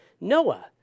Noah